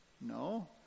No